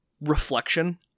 reflection